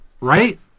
right